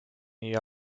nii